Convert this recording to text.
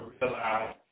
realize